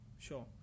sure